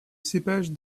cépage